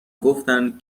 گفتن